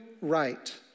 right